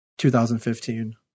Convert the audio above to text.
2015